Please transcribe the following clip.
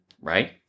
right